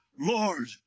Lord